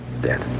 dead